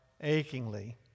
achingly